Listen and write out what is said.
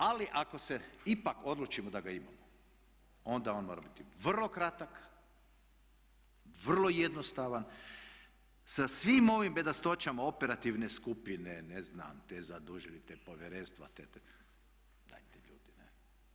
Ali ako se ipak odlučimo da ga imamo onda on mora biti vrlo kratak, vrlo jednostavan sa svim ovim bedastoćama operativne skupine, ne znam te zadužili te povjerenstva, dajte ljudi.